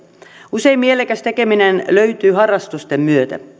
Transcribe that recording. usein mielekäs tekeminen löytyy harrastusten myötä